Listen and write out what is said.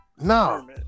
No